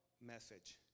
message